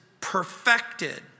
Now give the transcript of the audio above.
perfected